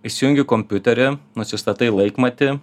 įsijungi kompiuterį nusistatai laikmatį